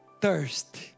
thirst